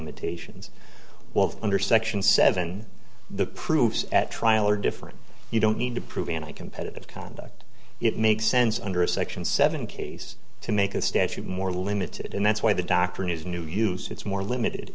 limitations while under section seven the proofs at trial are different you don't need to prove and competitive conduct it makes sense under a section seven case to make a statute more limited and that's why the doctor news new use it's more limited